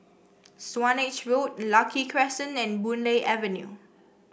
Swanage Road Lucky Crescent and Boon Lay Avenue